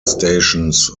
stations